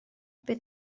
bydd